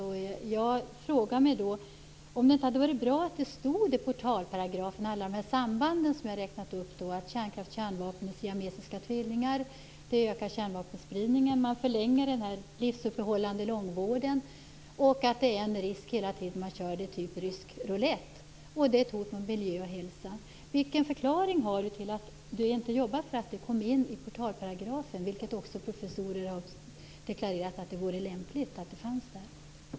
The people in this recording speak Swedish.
Jag frågar mig om det inte hade varit bra att alla de samband som jag räknade upp stod med i portalparagrafen. Sambanden innebär att kärnkraft och kärnvapen är siamesiska tvillingar, att kärnvapenspridningen ökar, att man förlänger den här livsuppehållande långvården och att det hela tiden är en risk, typ rysk roulett, och att kärnkraften är ett hot mot miljö och hälsa. Vilken förklaring har Lennart Daléus till att han inte jobbade för att dessa samband kom in i portalparagrafen? Också professorer har deklarerat att det vore lämpligt att de fanns med där.